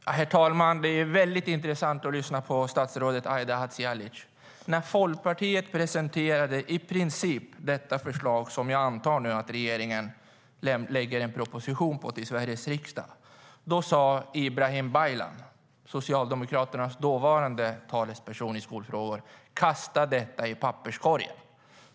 Herr talman! Det är mycket intressant att lyssna på statsrådet Aida Hadzialic. När Folkpartiet presenterade i princip detta förslag, som jag antar att regeringen kommer att lägga fram en proposition om till Sveriges riksdag, sa Ibrahim Baylan, Socialdemokraternas dåvarande talesperson i skolfrågor: Kasta detta i papperskorgen!